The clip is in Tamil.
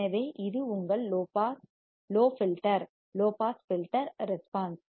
எனவே இது உங்கள் low filter low pass filter response